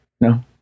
no